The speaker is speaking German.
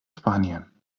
spanien